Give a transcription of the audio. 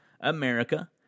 America